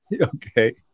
Okay